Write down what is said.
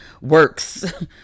works